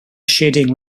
shading